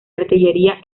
artillería